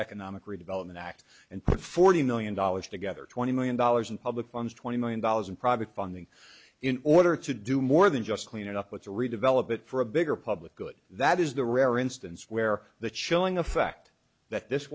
economic redevelopment act and put forty million dollars together twenty million dollars in public funds twenty million dollars in private funding in order to do more than just clean it up with the redevelopment for a bigger public good that is the rare instance where the chilling effect that this